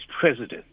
president